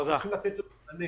אנחנו צריכים לתת את המענה.